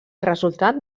resultat